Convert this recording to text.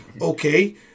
okay